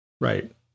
Right